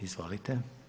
Izvolite.